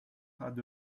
had